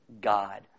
God